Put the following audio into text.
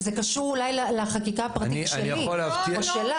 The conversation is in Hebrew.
זה קשור אולי לחקיקה הפרטית שלי או שלך,